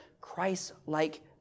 Christ-like